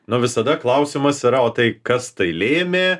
nu visada klausimas yra o tai kas tai lėmė